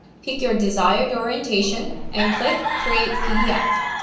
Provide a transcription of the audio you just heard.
pick your desired orientation and click create pdf.